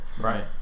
Right